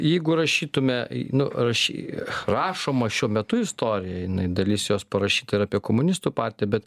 jeigu rašytume nu rašy rašoma šiuo metu istorija dalis jos parašyta ir apie komunistų partiją bet